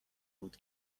بود